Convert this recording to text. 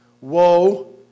Woe